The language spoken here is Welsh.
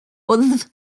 wddf